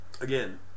again